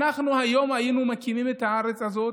אנחנו היום היינו מקימים את הארץ הזאת